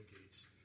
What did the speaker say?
Gates